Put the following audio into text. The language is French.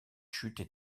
chutes